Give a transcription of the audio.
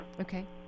Okay